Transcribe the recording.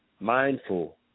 Mindful